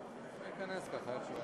ימצאו מולן את צרפת שתחסום את דרכן,